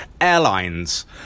airlines